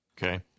Okay